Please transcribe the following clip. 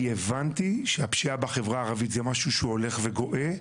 הבנתי שהפשיעה בחברה הערבית זה משהו שהוא הולך וגואה.